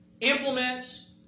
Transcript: Implements